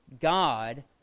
God